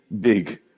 big